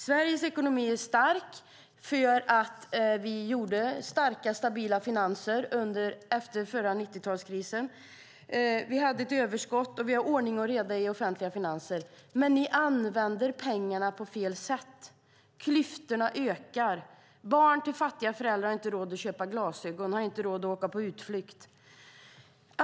Sveriges ekonomi är stark för att vi gjorde starka och stabila finanser efter 90-talskrisen. Vi hade ett överskott, och vi har ordning och reda i offentliga finanser, men ni använder pengarna på fel sätt. Klyftorna ökar. Barn till fattiga föräldrar har inte råd att köpa glasögon eller åka på utflykt.